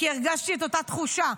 כי הרגשתי את אותה התחושה.